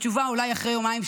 והתשובה אולי אחרי יומיים,